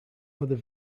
other